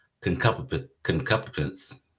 concupiscence